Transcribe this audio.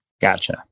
Gotcha